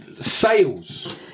sales